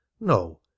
no